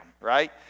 right